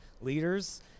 leaders –